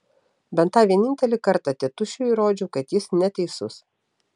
bent tą vienintelį kartą tėtušiui įrodžiau kad jis neteisus